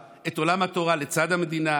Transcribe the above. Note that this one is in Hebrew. את עולם התורה לצד המדינה.